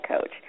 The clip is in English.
coach